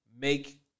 make